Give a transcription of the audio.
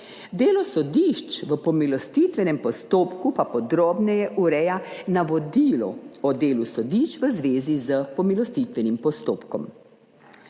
Delo sodišč v pomilostitvenem postopku pa podrobneje ureja Navodilo o delu sodišč v zvezi s pomilostitvenim postopkom.